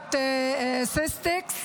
מעמותת "סיסטיק",